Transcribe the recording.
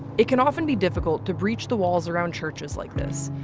it can often be difficult to breach the walls around churches like this.